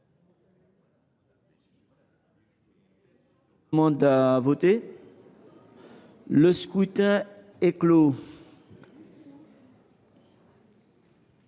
Le scrutin est clos.